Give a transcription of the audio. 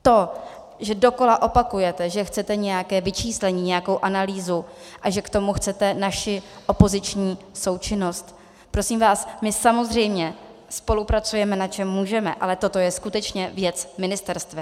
To, že dokola opakujete, že chcete nějaké vyčíslení, nějakou analýzu a že k tomu chcete naši opoziční součinnost prosím vás, my samozřejmě spolupracujeme, na čem můžeme, ale toto je skutečně věc ministerstev.